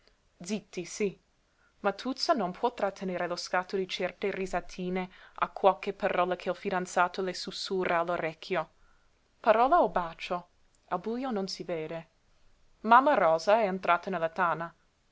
zitti sí ma tuzza non può trattenere lo scatto di certe risatine a qualche parola che il fidanzato le susurra all'orecchio parola o bacio al bujo non si vede mamma rosa è entrata nella tana